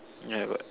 yeah I got